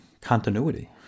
continuity